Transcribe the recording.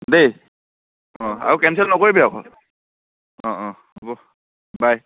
দেই অ' আৰু কেঞ্চেল নকৰিবি আক' অ' অ' হ'ব বাই